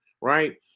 right